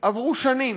עברו שנים,